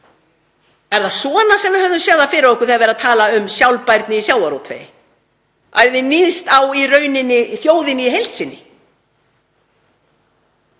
Er það svona sem við höfðum séð það fyrir okkur þegar verið er að tala um sjálfbærni í sjávarútvegi? Að það yrði níðst á þjóðinni í heild sinni?